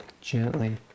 gently